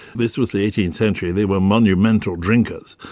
this was the eighteenth century, they were monumental drinkers,